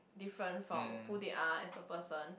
different from who they are as a person